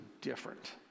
different